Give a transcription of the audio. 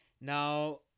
Now